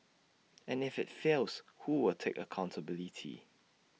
and if IT fails who will take accountability